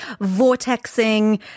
vortexing